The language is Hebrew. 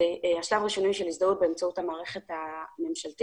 השלב הראשוני של הזדהות באמצעות המערכת הממשלתית.